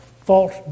false